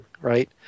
right